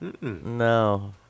No